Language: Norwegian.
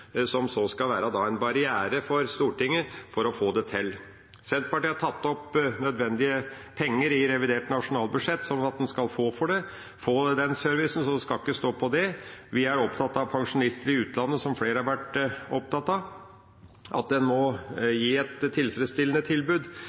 som så skal være en barriere for Stortinget å få til. Senterpartiet har tatt med nødvendige penger i revidert nasjonalbudsjett, sånn at man skal få den servicen, så det skal ikke stå på det. Vi er opptatt av pensjonister i utlandet, som flere har vært opptatt av, at man må gi et tilfredsstillende tilbud.